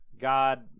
god